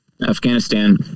Afghanistan